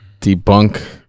debunk